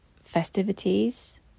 festivities